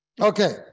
Okay